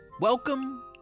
Welcome